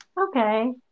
Okay